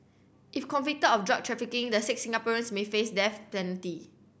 if convicted of drug trafficking the six Singaporeans may face death penalty